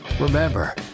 Remember